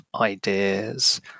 ideas